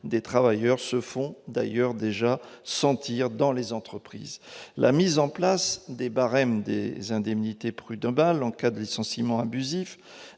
des travailleurs se font d'ailleurs déjà sentir dans les entreprises. La mise en place des barèmes des indemnités prud'homales en cas de licenciement abusif,